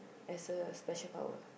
as a special power